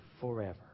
forever